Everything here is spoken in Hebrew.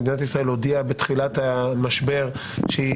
מדינת ישראל הודיעה בתחילת המשבר שהיא